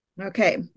Okay